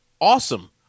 Awesome